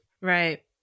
Right